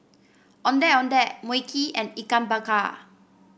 Ondeh Ondeh Mui Kee and Ikan Bakar